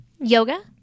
Yoga